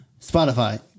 Spotify